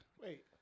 Wait